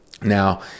Now